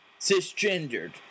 cisgendered